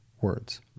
words